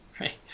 right